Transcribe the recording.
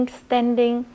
standing